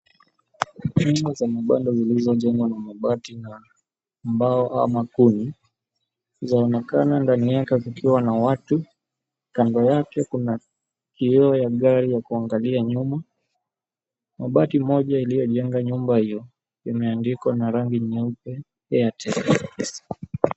Nyumba za mabanda zilizojengwa na mabati na mbao ama kuni, zaonekana ndani yake kukiwa na watu, kando yake kuna kioo ya gari ya kuangalia nyuma. Mabati moja iliyojenga nyumba hiyo imeandikwa na rangi nyeupe, "Airtel .